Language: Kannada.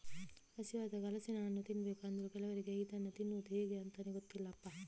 ಹಸಿವಾದಾಗ ಹಲಸಿನ ಹಣ್ಣು ತಿನ್ಬೇಕು ಅಂದ್ರೂ ಕೆಲವರಿಗೆ ಇದನ್ನ ತಿನ್ನುದು ಹೇಗೆ ಅಂತಾನೇ ಗೊತ್ತಿಲ್ಲಪ್ಪ